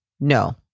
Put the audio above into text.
no